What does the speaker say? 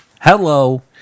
Hello